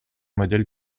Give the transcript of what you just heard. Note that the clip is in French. modèle